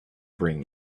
bring